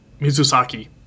Mizusaki